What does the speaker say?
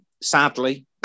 sadly